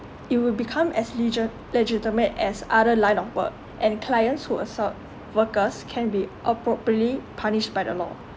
it will become as legi~ legitimate as other line of work and clients who assault workers can be appropriately punished by the law